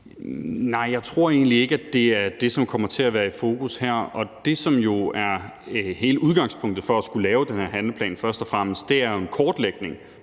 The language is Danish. Nej, jeg tror egentlig ikke, at det er det, som kommer til at være i fokus her. Det, som jo er hele udgangspunktet for at skulle lave den her handleplan, handler først og fremmest om den kortlægning,